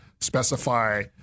specify